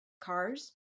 Cars